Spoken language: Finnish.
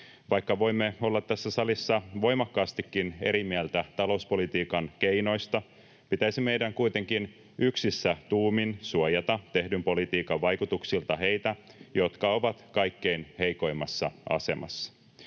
Vaikka voimme olla tässä salissa voimakkaastikin eri mieltä talouspolitiikan keinoista, pitäisi meidän kuitenkin yksissä tuumin suojata tehdyn politiikan vaikutuksilta heitä, jotka ovat kaikkein heikoimmassa asemassa.